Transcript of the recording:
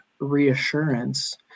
reassurance